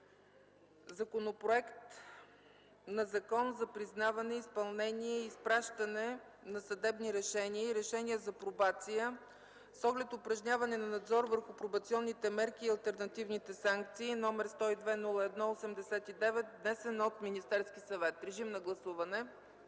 Законопроект за признаване, изпълнение и изпращане на съдебни решения и решения за пробация с оглед упражняване на надзор върху пробационните мерки и алтернативните санкции, № 102–01–89, внесен от Министерски съвет на 28